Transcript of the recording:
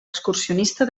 excursionista